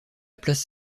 place